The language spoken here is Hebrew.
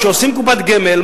כשעושים קופת גמל,